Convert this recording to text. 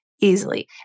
easily